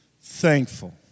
thankful